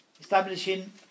Establishing